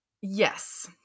yes